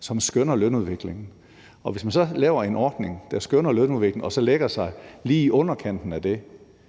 som skønner lønudviklingen, og hvis man så laver en ordning, der skønner lønudviklingen, og så lægger sig lige i underkanten af det,